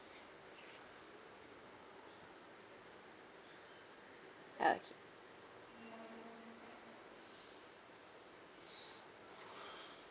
okay